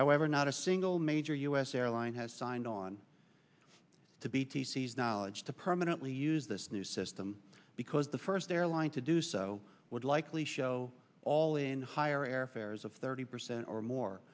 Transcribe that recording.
however not a single major u s airline has signed on to be t c s knowledge to permanently use this new system because the first airline to do so would likely show all in higher airfares of thirty percent or more